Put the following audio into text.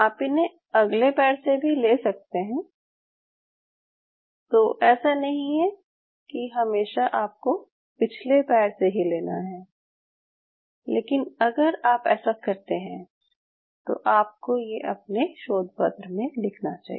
आप इन्हें अगले पैर से भी ले सकते हैं तो ऐसा नहीं है कि हमेशा आपको पिछले पैर से ही लेना है लेकिन अगर आप ऐसा करते हैं तो आपको ये अपने शोधपत्र में लिखना चाहिए